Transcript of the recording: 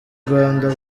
rwanda